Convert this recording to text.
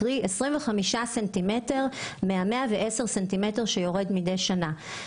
קרי: 25 ס"מ מתוך 110 ס"מ שיורדים מדי שנה.